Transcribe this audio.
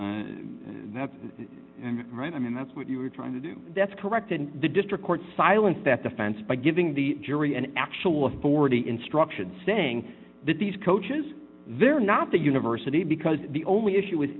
behavior that's right i mean that's what you were trying to do that's correct and the district court silenced that defense by giving the jury an actual authority instruction saying that these coaches they're not the university because the only issue